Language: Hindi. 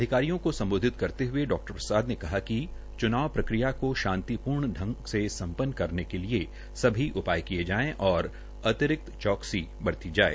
अधिकारियों को सम्बोधित करते ह्ये डा प्रसाद ने कहा कि च्नाव प्रक्रिया को शांतिपूर्ण ग से सम्पन्न करने के लिये सभी उपाय किये जाने और अतिरिक्त चौकसी बरती जाये